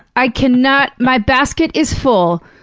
i cannot my basket is full.